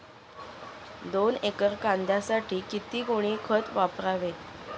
दोन एकर कांद्यासाठी किती गोणी खत वापरावे?